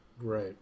Right